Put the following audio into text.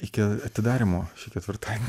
iki atidarymo šį ketvirtadienį